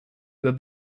über